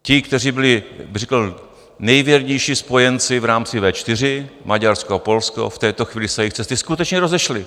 Ti, kteří byli, bych řekl, nejvěrnější spojenci v rámci V4, Maďarsko a Polsko, v této chvíli se jejich cesty skutečně rozešly.